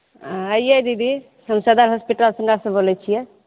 ऑंययै दिदी हम सदर होस्पिटल सऽ नर्स बोलै छियै